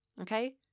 Okay